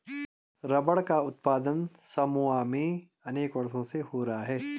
rubber का उत्पादन Samoa में अनेक वर्षों से हो रहा है